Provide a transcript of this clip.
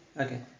Okay